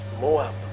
Moab